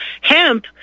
hemp